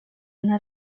una